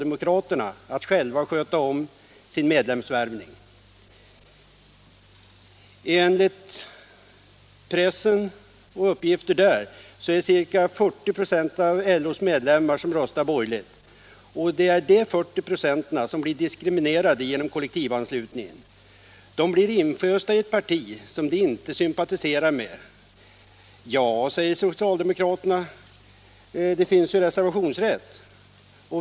Det kan man överlåta åt socialdemokraterna att sköta själva. Enligt pressuppgifter röstar ca 40 26 av LO:s medlemmar borgerligt. Det är dessa 40 96 som'blir diskriminerade genom kollektivanslutningen. De blir infösta i 'ett parti som de inte sympatiserar med. Det finns ju reservationsrätt, säger socialdemokraterna.